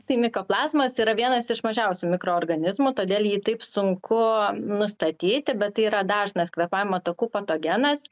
tai mikoplazmos yra vienas iš mažiausių mikroorganizmų todėl jį taip sunku nustatyti bet tai yra dažnas kvėpavimo takų patogenas